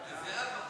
זהבה,